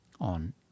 on